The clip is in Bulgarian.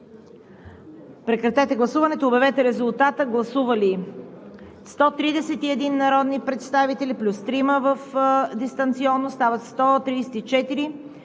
Прекратете гласуването и обявете резултата. Гласували 144 народни представители от залата плюс 2 дистанционно, стават 146: